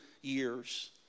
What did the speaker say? years